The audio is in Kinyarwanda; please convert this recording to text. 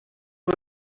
ubu